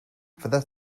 fyddet